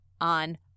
on